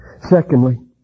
Secondly